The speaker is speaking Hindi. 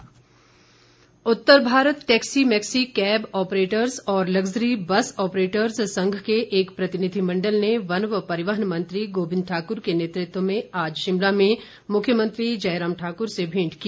प्रतिनिधिमंडल Uttar Bharat taxi maxi cab operators और लग्ज़री बस ऑपरेटर्ज़ संघ के एक प्रतिनिधिमंडल ने वन व परिवहन मंत्री गोबिंद ठाकुर के नेतृत्व में आज शिमला में मुख्यमंत्री जयराम ठाकुर से मेंट की